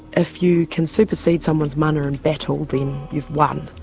if you can supersede someone's mana in battle then you've won.